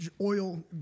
oil